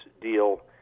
deal